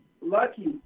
lucky